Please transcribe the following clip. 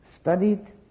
studied